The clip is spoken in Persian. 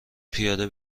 پیاده